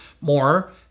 more